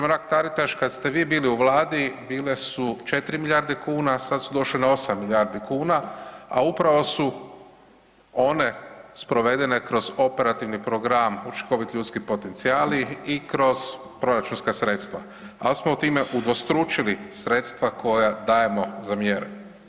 Mrak-Taritaš kad ste vi bili u vladi bile su 4 milijarde kuna, a sad su došle na 8 milijardi kuna, a upravo su one sprovedene kroz Operativni program učinkoviti ljudski potencijali i kroz proračunska sredstva, al smo time udvostručili sredstva koja dajemo za mjere.